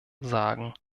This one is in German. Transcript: sagen